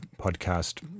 podcast